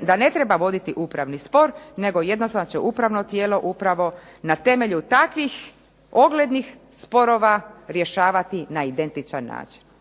da ne treba voditi upravni spor nego jednostavno će upravno tijelo upravo na temelju takvih oglednih sporova rješavati na identičan način.